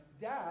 Dad